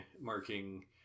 marking